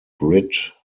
grit